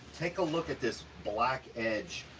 take a look at this black edge,